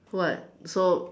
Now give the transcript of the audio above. what so